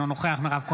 אינו נוכח מירב כהן,